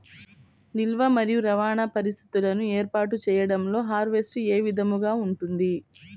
నిల్వ మరియు రవాణా పరిస్థితులను ఏర్పాటు చేయడంలో హార్వెస్ట్ ఏ విధముగా ఉంటుంది?